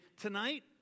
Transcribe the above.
tonight